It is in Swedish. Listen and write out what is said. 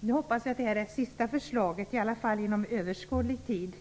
Jag hoppas att detta är det sista förslaget på detta område, i alla fall inom överskådlig tid.